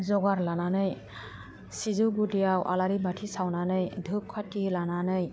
जगार लानानै सिजौ गुदियाव आलारि बाथि सावनानै धुब खाथि लानानै